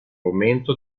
aumento